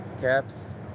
caps